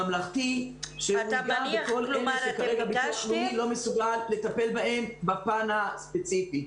ממלכתי לכל הדברים שכרגע הביטוח הלאומי לא מסוגל לטפל בהם בפן הספציפי.